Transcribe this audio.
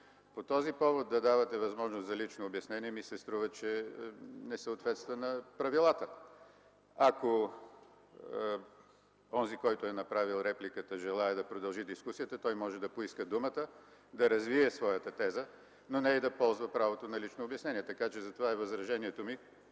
По този повод да давате възможност за лично обяснение ми се струва, че не съответства на правилата. Ако онзи, който е направил репликата, желае да продължи дискусията, той може да поиска думата да развие своята теза, но не и да ползва правото на лично обяснение, така че за това е възражението ми